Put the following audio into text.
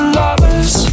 lovers